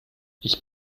ich